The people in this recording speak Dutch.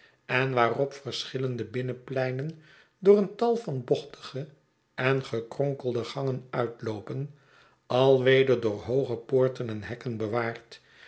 en waarop verschillende binnenpleinen door een tal van bochtige en gekronkelde gangen uitloopen alweder door hooge poorten en hekken